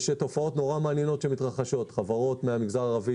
יש תופעות מעניינות שמתרחשות: חברות מהמגזר הערבי